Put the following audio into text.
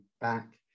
back